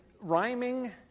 rhyming